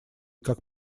как